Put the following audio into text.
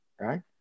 right